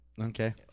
Okay